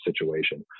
situation